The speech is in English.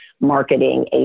marketing